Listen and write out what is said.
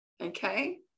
okay